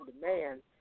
Demand